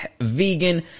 vegan